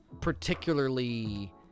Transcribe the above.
particularly